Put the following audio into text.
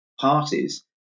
parties